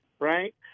right